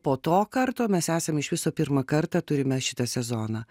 po to karto mes esam iš viso pirmą kartą turime šitą sezoną